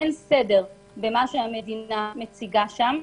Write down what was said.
אין סדר במה שהמדינה מציגה שם.